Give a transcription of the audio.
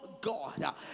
God